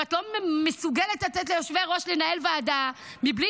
אם את לא מסוגלת לתת ליושבי-ראש לנהל ועדה מבלי